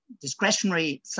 discretionary